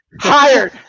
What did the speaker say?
hired